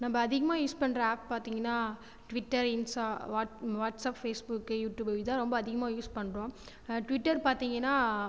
நம்ப அதிகமாக யூஸ் பண்ணுற ஆப் பார்த்திங்கனா Twitter Insta what WhatsApp Facebook YouTube இதை ரொம்ப அதிகமாக யூஸ் பண்ணுறோம் ட்விட்டர் பார்த்திங்கனா